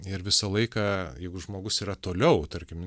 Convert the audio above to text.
ir visą laiką jeigu žmogus yra toliau tarkim